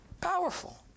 Powerful